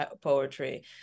poetry